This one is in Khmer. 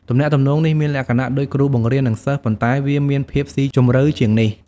ទំនាក់ទំនងនេះមានលក្ខណៈដូចគ្រូបង្រៀននឹងសិស្ស ប៉ុន្តែវាមានភាពស៊ីជម្រៅជាងនេះ។